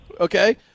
Okay